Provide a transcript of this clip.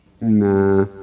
Nah